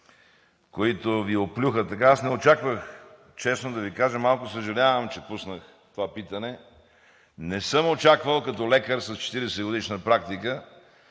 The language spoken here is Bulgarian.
които Ви оплюха така. Аз не очаквах, честно да Ви кажа. Малко съжалявам, че пуснах това питане. Не съм очаквал като лекар с 40-годишна практика,